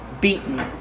beaten